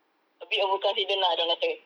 a bit overconfident lah dia orang kata